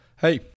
Hey